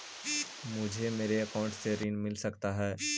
मुझे मेरे अकाउंट से ऋण मिल सकता है?